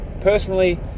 Personally